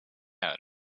out